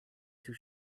too